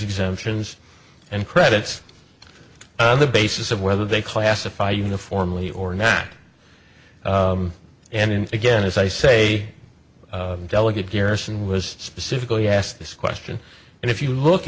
exemptions and credits on the basis of whether they classify uniformly or not and again as i say delegate pearson was specifically asked this question and if you look